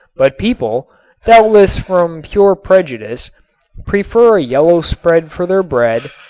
but people doubtless from pure prejudice prefer a yellow spread for their bread,